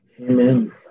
Amen